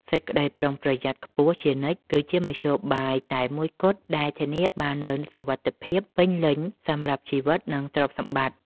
សេចក្តីប្រុងប្រយ័ត្នខ្ពស់ជានិច្ចគឺជាមធ្យោបាយតែមួយគត់ដែលធានាបាននូវសុវត្ថិភាពពេញលេញសម្រាប់ជីវិត និងទ្រព្យសម្បត្តិ។